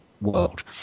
world